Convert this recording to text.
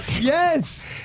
Yes